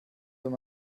wenn